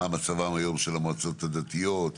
מה מצבן היום של המועצות הדתיות?